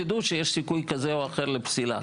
תדעו שיש סיכוי כזה או אחר לפסילה,